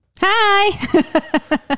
hi